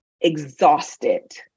exhausted